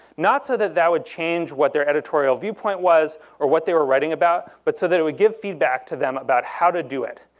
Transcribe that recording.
not so that that would change what their editorial viewpoint was, or what they were writing about, but so it would give feedback to them about how to do it.